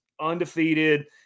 undefeated